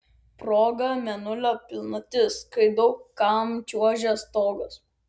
proga mėnulio pilnatis kai daug kam čiuožia stogas